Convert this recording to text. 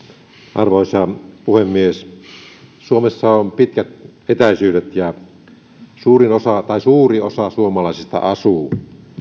arvoisa puhemies suomessa on pitkät etäisyydet ja suuri osa suomalaista asuu